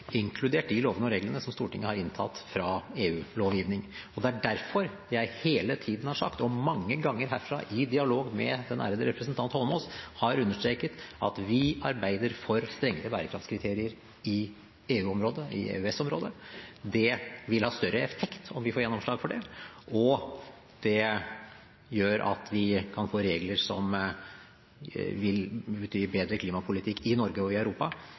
inkludert de lovene og reglene som Stortinget har inntatt fra EU-lovgivningen. Det er derfor jeg hele tiden har sagt – og mange ganger herfra i dialog med den ærede representant Eidsvoll Holmås har understreket – at vi arbeider for strengere bærekraftskriterier i EU/EØS-området. Det vil ha større effekt om vi får gjennomslag for det, og det gjør at vi kan få regler som vil gi bedre klimapolitikk i Norge og i Europa